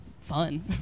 fun